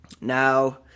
Now